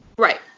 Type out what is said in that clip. Right